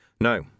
No